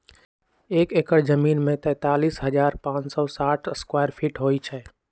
एक एकड़ जमीन में तैंतालीस हजार पांच सौ साठ स्क्वायर फीट होई छई